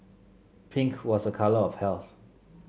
pink was a colour of health